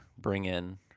bring-in